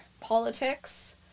politics